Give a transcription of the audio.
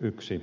yksi vastalause